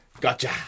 Gotcha